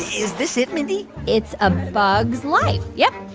is this it, mindy? it's a bug's life. yep,